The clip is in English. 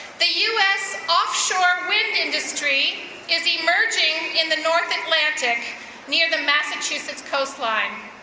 the us offshore wind industry is emerging in the north atlantic near the massachusetts coastline.